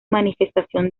manifestación